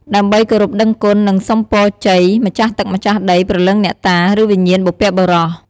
ដើម្បីគោរពដឹងគុណ និងសុំពរជ័យពីម្ចាស់ទឹកម្ចាស់ដី ព្រលឹងអ្នកតា ឬវិញ្ញាណបុព្វបុរស។